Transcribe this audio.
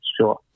Sure